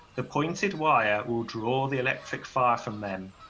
the pointed wire will draw the electric fire from them,